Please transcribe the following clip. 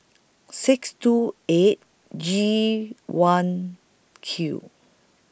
six two eight G one Q